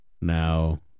Now